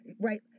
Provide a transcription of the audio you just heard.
right